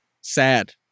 Sad